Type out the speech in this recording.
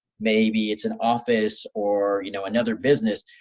maybe it's an office or you know another business,